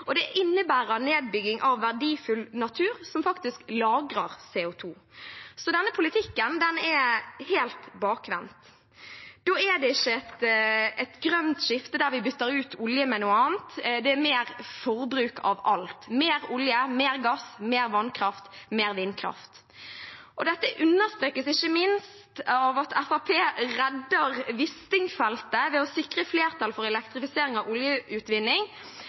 og det innebærer en nedbygging av verdifull natur som faktisk lagrer CO 2 . Så denne politikken er helt bakvendt, da er det ikke et grønt skifte der vi bytter ut olje med noe annet, det er mer forbruk av alt: mer olje, mer gass, mer vannkraft, mer vindkraft. Dette understrekes ikke minst av at Fremskrittspartiet «redder» Wisting-feltet ved å sikre flertall for elektrifisering av oljeutvinning,